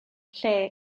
lle